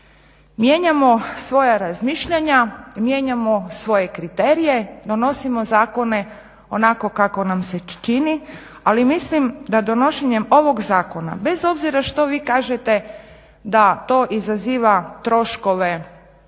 mijenjamo svoja razmišljanja, mijenjamo svoje kriterije, donosimo zakone onako kako nam se čini, ali mislim da donošenjem ovog zakona bez obzira što vi kažete da to izaziva troškove